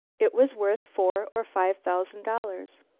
it was worth four or five thousand dollars.